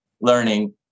learning